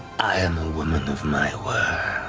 i am a woman of my word.